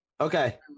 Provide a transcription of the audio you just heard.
Okay